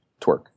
twerk